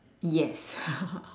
yes